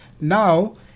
Now